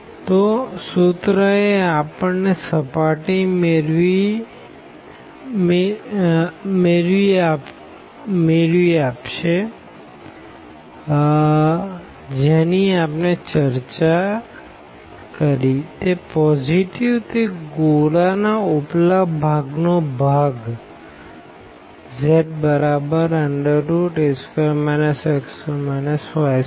તોસૂત્ર જે આપણને સર્ફેસ મેળવી આપશેકરી જેની આપણે ચર્ચા તે પોસિટીવ તે ગોળાના ઉપલા ભાગનો ભાગ za2 x2 y2છે